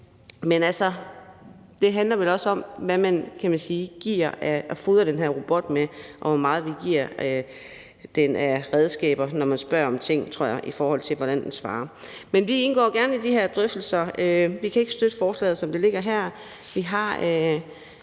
Men det handler vel, tror jeg, også om, hvad man giver og fodrer den her robot med, og hvor meget man giver den af redskaber, når man spørger den om nogle ting, i forhold til hvordan den svarer. Men vi indgår gerne i de her drøftelser. Vi kan ikke støtte forslaget, som det ligger her.